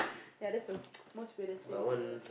ya that's the most weirdest thing I have ever